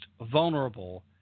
vulnerable